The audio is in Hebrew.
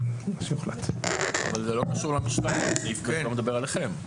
אתה מדבר עליכם.